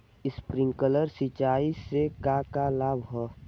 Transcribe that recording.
Sprinkler सिंचाई से का का लाभ ह?